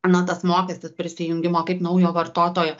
na tas mokestis prisijungimo kaip naujo vartotojo